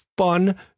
Fun